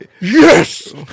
Yes